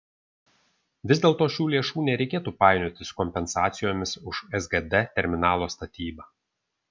vis dėlto šių lėšų nereikėtų painioti su kompensacijomis už sgd terminalo statybą